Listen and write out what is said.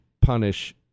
punish